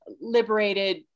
liberated